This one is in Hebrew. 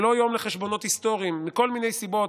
זה לא יום לחשבונות היסטוריים, מכל מיני סיבות,